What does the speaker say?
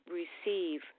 receive